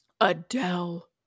Adele